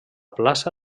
plaça